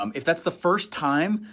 um if that's the first time,